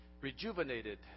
rejuvenated